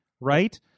right